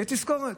שתהיה תזכורת,